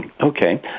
Okay